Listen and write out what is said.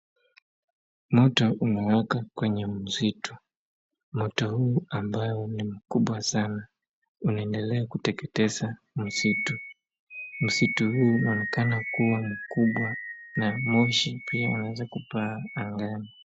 Moto umewaka kwenye msitu. Moto huu ambao ni mkubwa sana unaendelea kuteketeza msitu. Msitu huu unaonekana kuwa mkubwa moshi unaonekana kupaa angani.